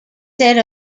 set